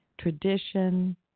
tradition